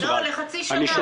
צריך לתקצב לחצי שנה.